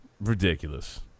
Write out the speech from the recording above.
Ridiculous